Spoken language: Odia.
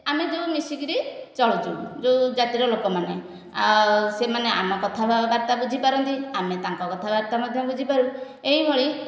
ଆମେ ଯେଉଁ ମିଶିକି ଚଳୁଛୁ ଯେଉଁ ଜାତିର ଲୋକମାନେ ଆଉ ସେମାନେ ଆମ କଥା ବାର୍ତ୍ତା ବୁଝିପାରନ୍ତି ଆମେ ତାଙ୍କ କଥାବାର୍ତ୍ତା ମଧ୍ୟ ବୁଝିପାରୁ ଏଇ ଭଳି